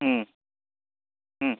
अँ अँ